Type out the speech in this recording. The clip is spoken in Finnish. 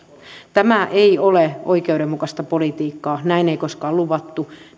tämä ei ole oikeudenmukaista politiikkaa näin ei koskaan luvattu